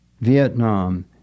Vietnam